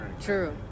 True